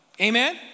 amen